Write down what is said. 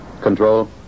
Control